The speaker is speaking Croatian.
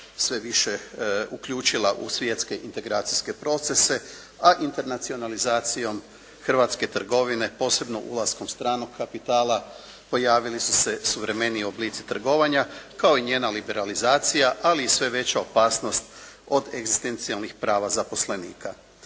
sve više uključila u svjetske integracijske procese, a internacionalizacijom hrvatske trgovine posebno ulaskom stranog kapitala pojavili su se suvremeniji oblici trgovanja, kao i njena liberalizacija, ali i sve veća opasnost od egzistencijalnih prava zaposlenika.